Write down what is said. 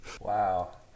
Wow